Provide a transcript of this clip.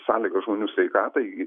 sąlygas žmonių sveikatai